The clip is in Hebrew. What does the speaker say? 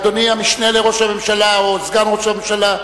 אדוני המשנה לראש הממשלה או סגן ראש הממשלה,